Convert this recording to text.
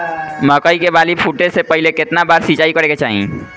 मकई के बाली फूटे से पहिले केतना बार सिंचाई करे के चाही?